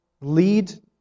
lead